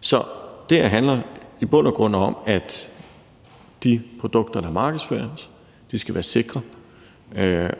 Så det her handler i bund og grund om, at de produkter, der markedsføres, skal være sikre,